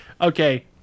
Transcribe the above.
okay